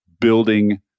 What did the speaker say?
building